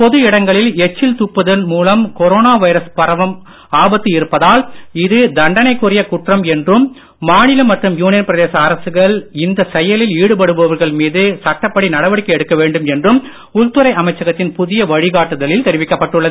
பொது இடங்களில் எச்சில் துப்புவதன் மூலம் கொரோனா வைரஸ் பரவும் ஆபத்து இருப்பதால் இது தண்டனைக்குரிய குற்றம் என்றும் மாநில மற்றும் யூனியன் பிரதேச அரசுகள் இந்த செயலில் ஈடுபடுபவர்கள் மீது சட்டப்படி நடவடிக்கை எடுக்க வேண்டும் என்றும் உள்துறை அமைச்சகத்தின் புதிய வழிகாட்டுதவில் தெரிவிக்கப்பட்டுள்ளது